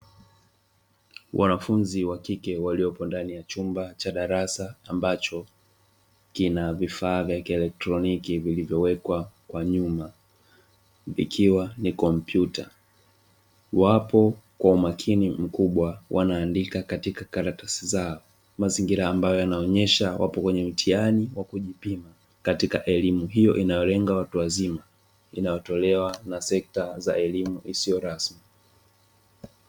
Wanafunzi wa kike waliopo ndani ya chumba cha darasa ambacho kina vifaa vya kielektroniki viliyowekwa kwa nyuma, ikiwa ni kompyuta. Wapo kwa umakini mkubwa wanaandika katika karatasi zao mazingira ambayo yanaonyesha wapo kwenye mtihani wa kujipima katika elimu hiyo inayolenga watu wazima, inayotolewa na sekta za elimu isiyo rasmi.